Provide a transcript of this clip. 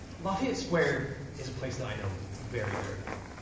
lafayette square is a place that i know very, very well.